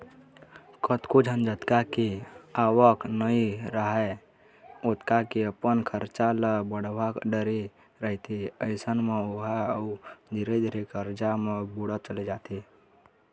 कतको झन जतका के आवक नइ राहय ओतका के अपन खरचा ल बड़हा डरे रहिथे अइसन म ओहा अउ धीरे धीरे करजा म बुड़त चले जाथे